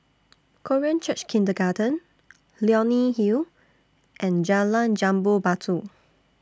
Korean Church Kindergarten Leonie Hill and Jalan Jambu Batu